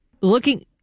looking